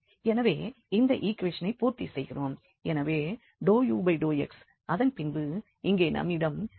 எனவே இந்த ஈக்குவேஷனைப் பூர்த்தி செய்கிறோம் எனவே ∂u∂x அதன்பின்பு இங்கே நம்மிடம் ∂v∂y